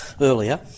earlier